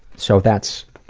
so that's,